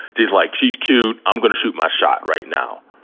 he's like, she's cute. i'm gonna shoot my shot right now.